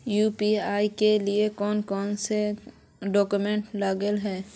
UPI के लिए कौन कौन से डॉक्यूमेंट लगे है?